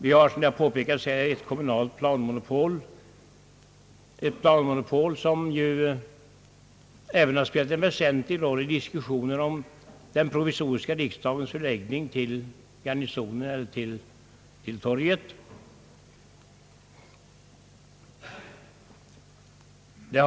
Vi har, som har påpekats här, ett kommunalt planmonopol, som ju har spelat en väsentlig roll även i diskussionen om riksdagens provisoriska förläggning till Garnisonen eller till Sergels torg.